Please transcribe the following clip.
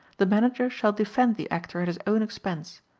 the manager shall defend the actor at his own expense,